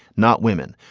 not women.